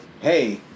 hey